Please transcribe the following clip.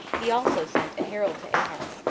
he also sent a herald to ahab,